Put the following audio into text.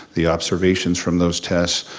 the observations from those tests,